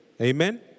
Amen